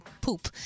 poop